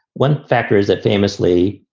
one factor is that famously,